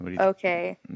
Okay